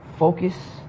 focus